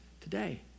today